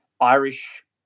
Irish